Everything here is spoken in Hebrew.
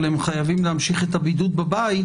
אבל הם חייבים להמשיך את הבידוד בבית,